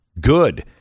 Good